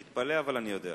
תתפלא, אבל אני יודע.